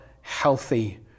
healthy